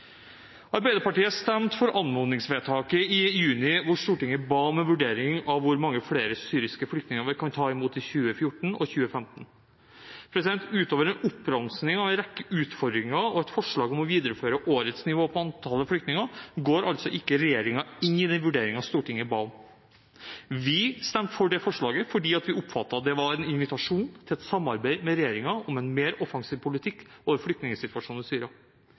Arbeiderpartiet stemte for anmodningsvedtaket i juni, hvor Stortinget ba om en vurdering av hvor mange flere syriske flyktninger vi kunne ta imot i 2014 og 2015. Utover en oppramsing av en rekke utfordringer og et forslag om å videreføre årets nivå på antall flyktninger går altså ikke regjeringen inn i vurderingen Stortinget ba om. Vi stemte for det forslaget fordi vi oppfattet at det var en invitasjon til samarbeid med regjeringen om en mer offensiv politikk når det gjaldt flyktningsituasjonen i Syria.